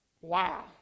Wow